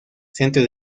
centro